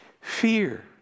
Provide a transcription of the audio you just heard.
fear